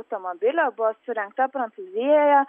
automobilio buvo surengta prancūzijoje